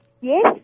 yes